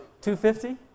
Two-fifty